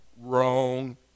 wrong